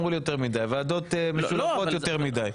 ועדות מיוחדות, אמרו לי יותר מידי.